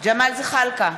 ג'מאל זחאלקה,